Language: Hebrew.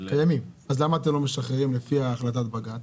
קיימים, אז למה אתם לא משחררים לפי החלטת בג"ץ?